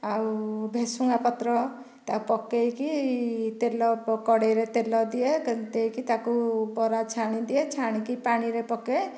ଆଉ ଭେସୁଙ୍ଗା ପତ୍ର ତାକୁ ପକାଇକି ତେଲ କଢ଼ାଇରେ ତେଲ ଦିଏ ତେଲ ଦେଇକି ତାକୁ ବରା ଛାଣି ଦିଏ ଛାଣିକି ପାଣିରେ ପକାଏ